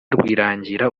rwirangira